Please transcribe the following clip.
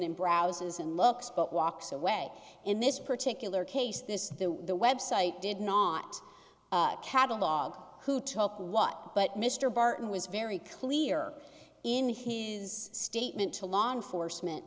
and browsers and looks but walks away in this particular case this the website did not catalogue who took what but mr barton was very clear in his statement to law enforcement